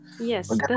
yes